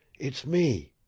it's me.